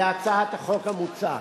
להצעת החוק המוצעת.